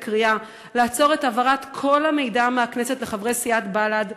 בקריאה לעצור את העברת כל המידע מהכנסת לחברי סיעת בל"ד,